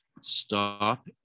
stop